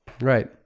Right